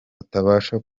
utabasha